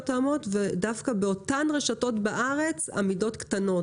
תואמות ודווקא באותן רשתות בארץ המידות קטנות?